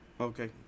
okay